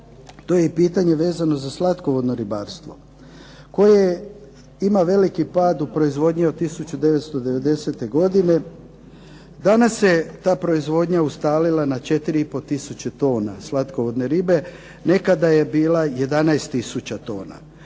to je pitanje vezano za slatkovodno ribarstvo koje ima veliki pad u proizvodnji od 1990. godine. Danas se ta proizvodnja ustalila na 4,5 tisuće tona slatkovodne ribe. Nekada je bila 11 tisuća tona.